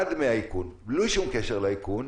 בלי שום קשר לאיכון,